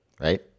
right